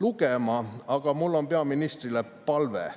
lugema. Aga mul on peaministrile palve: